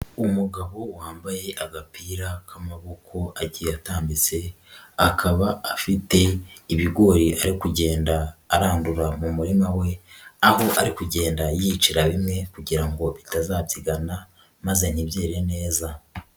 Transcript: Umugabo wambaye agapira k'amaboko agiye atambitse, akaba afite ibigori avuye kugenda arandura mu murima we, aho ari kugenda yicira bimwe kugira ngo bitazabyigana maze ntibyere neza.